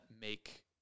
make